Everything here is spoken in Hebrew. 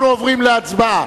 אנחנו עוברים להצבעה.